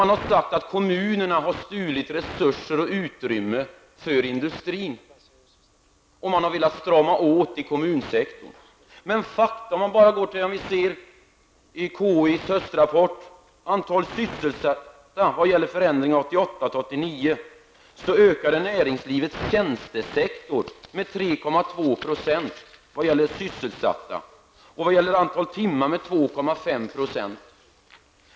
Man har sagt att kommunerna har stulit resurser och utrymme från industrin och man har därför velat strama åt i kommunsektorn. Men enligt KIs höstrapport vad gäller förändringar 1988--89 av antalet sysselsatta ökade näringslivets tjänstesektor med 3,2 %, och vad gäller antalet timmar var ökningen 2,5 %.